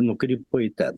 nukrypo į ten